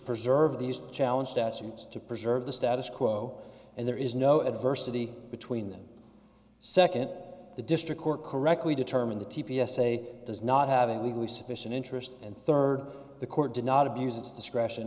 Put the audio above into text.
preserve these challenge that seems to preserve the status quo and there is no adversity between them second the district court correctly determine the t p s a does not have a legally sufficient interest and third the court did not abuse its discretion